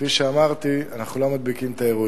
כפי שאמרתי, אנחנו לא מדביקים את האירועים.